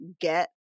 get